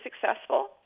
successful